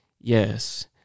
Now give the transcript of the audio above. Yes